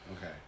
Okay